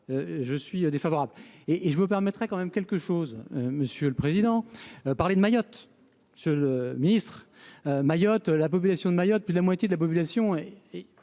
je suis défavorable et et je me permettrais quand même quelque chose, monsieur le président, parler de Mayotte, ce le ministre Mayotte, la population de Mayotte, puis la moitié de la population